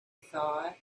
thought